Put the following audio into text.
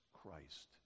Christ